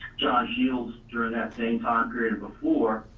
josh shields during that same time period before,